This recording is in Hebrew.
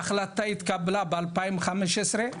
ההחלטה התקבלה ב- 2015,